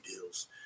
deals